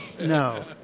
No